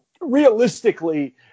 realistically